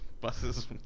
buses